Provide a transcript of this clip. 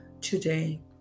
today